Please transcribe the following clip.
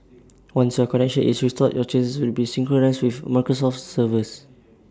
once your connection is restored your changes will be synchronised with Microsoft's servers